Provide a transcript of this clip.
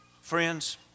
Friends